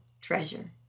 treasure